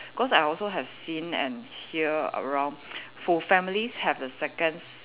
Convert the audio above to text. cause I also have seen and hear around for families have the second